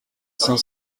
cinq